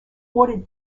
ordered